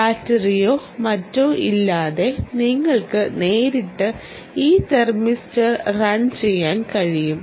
ബാറ്ററിയോ മറ്റോ ഇല്ലാതെ നിങ്ങൾക്ക് നേരിട്ട് ഈ തെർമിസ്റ്റർ റൺ ചെയ്യാൻ കഴിയും